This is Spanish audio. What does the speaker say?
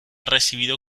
recibido